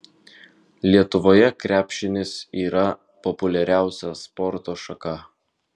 lietuvoje krepšinis yra populiariausia sporto šaka